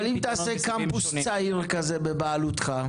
אבל אם תעשה קמפוס צעיר כזה בבעלותך?